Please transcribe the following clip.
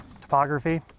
topography